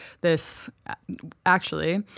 this—actually